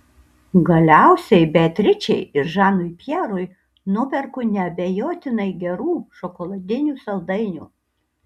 galiausiai beatričei ir žanui pjerui nuperku neabejotinai gerų šokoladinių saldainių